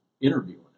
interviewing